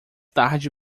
tarde